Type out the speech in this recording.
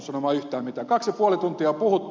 kaksi ja puoli tuntia on puhuttu